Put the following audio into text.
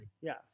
Yes